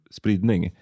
spridning